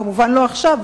כמובן לא עכשיו,